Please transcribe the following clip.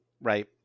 right